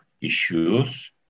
issues